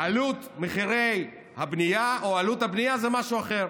ועלות מחירי הבנייה או עלות הבנייה זה משהו אחר.